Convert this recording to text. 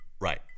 Right